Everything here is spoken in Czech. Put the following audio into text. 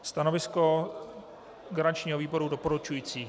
Stanovisko garančního výboru doporučující.